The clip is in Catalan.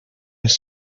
les